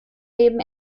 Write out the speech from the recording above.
leben